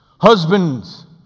Husbands